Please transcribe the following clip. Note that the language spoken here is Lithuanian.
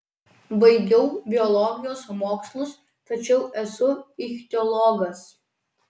baigiau biologijos mokslus tačiau esu ichtiologas